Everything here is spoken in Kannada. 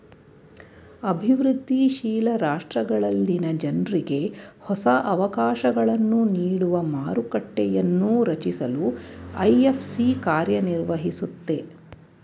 ಅಭಿವೃದ್ಧಿ ಶೀಲ ರಾಷ್ಟ್ರಗಳಲ್ಲಿನ ಜನ್ರುಗೆ ಹೊಸ ಅವಕಾಶಗಳನ್ನು ನೀಡುವ ಮಾರುಕಟ್ಟೆಯನ್ನೂ ರಚಿಸಲು ಐ.ಎಫ್.ಸಿ ಕಾರ್ಯನಿರ್ವಹಿಸುತ್ತೆ